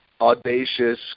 audacious